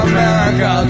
America